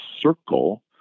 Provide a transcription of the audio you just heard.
circle